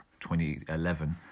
2011